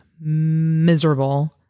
miserable